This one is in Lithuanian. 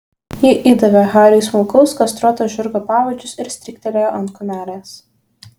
ji įdavė hariui smulkaus kastruoto žirgo pavadžius ir stryktelėjo ant kumelės